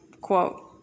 quote